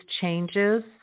changes